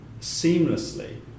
seamlessly